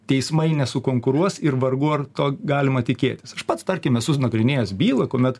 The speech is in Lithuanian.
teismai nesukonkuruos ir vargu ar to galima tikėtis pats tarkim esu nagrinėjęs bylą kuomet